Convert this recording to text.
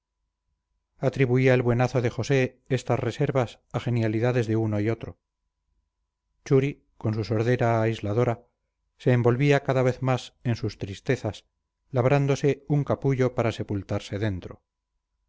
atribuía el buenazo de josé estas reservas a genialidades de uno y otro churi con su sordera aisladora se envolvía cada vez más en sus tristezas labrándose un capullo para sepultarse dentro